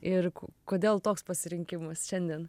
ir kodėl toks pasirinkimas šiandien